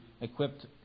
equipped